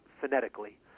phonetically